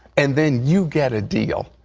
and then you get a deal.